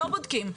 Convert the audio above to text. לא בודקים.